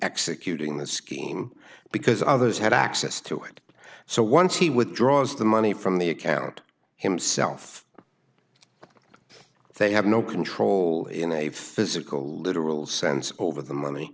executing the scheme because others had access to it so once he withdraws the money from the account himself they have no control in a physical literal sense over the money